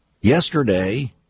yesterday